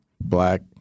Black